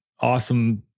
Awesome